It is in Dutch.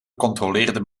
controleerde